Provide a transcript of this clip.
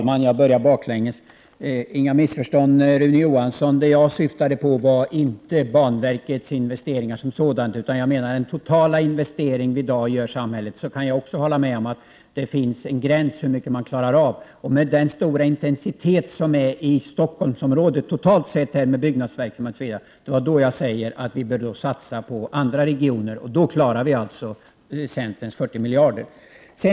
Fru talman! Inga missförstånd skall råda, Rune Johansson! Vad jag syftade på var inte banverkets investeringar som sådana, utan jag menade den totala investering vi i dag gör i samhället. Jag kan också hålla med om att det finns en gräns för hur mycket man klarar av. Det var med tanke på den stora intensiteten i Stockholmsområdet totalt sett — med byggverksamhet osv. — som jag sade att vi bör satsa på andra regioner. Då klarar vi alltså centerns 40 miljarder.